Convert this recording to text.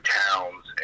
towns